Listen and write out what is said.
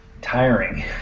tiring